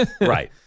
Right